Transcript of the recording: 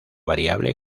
variable